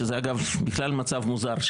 שזה אגב, בכלל מצב מוזר.